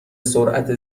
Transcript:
سرعت